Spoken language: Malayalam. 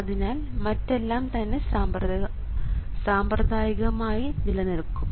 അതിനാൽ മറ്റെല്ലാം തന്നെ സാമ്പ്രദായികമായി നിലനിൽക്കും